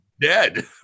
dead